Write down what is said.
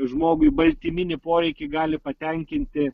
žmogui baltyminį poreikį gali patenkinti